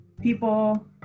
people